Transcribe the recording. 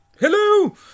Hello